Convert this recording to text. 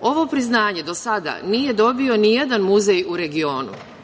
Ovo priznanje do sada nije dobio ni jedan muzej u regionu. Muzej